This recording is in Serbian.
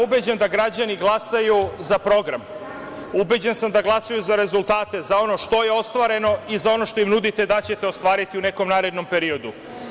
Ubeđen sam da građani glasaju za program, ubeđen sam da glasaju za rezultate, za ono što je ostvareno i za ono što im nudite da ćete ostvariti u nekom narednom periodu.